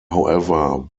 however